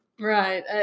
Right